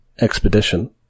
expedition